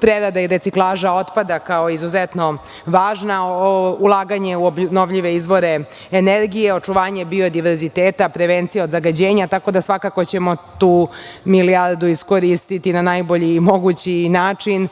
Prerada i reciklaža otpada, kao izuzetno važna, ulaganje u obnovljive izvore energije, očuvanje biodiverziteta, prevencija od zagađenja. Tako da svakako ćemo tu milijardu iskoristiti na najbolji moguć način,